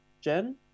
Jen